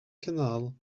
canal